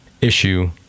issue